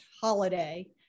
holiday